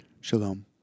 Shalom